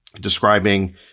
describing